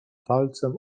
palcem